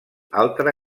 altre